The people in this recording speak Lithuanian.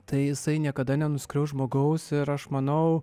tai jisai niekada nenuskriaus žmogaus ir aš manau